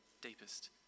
deepest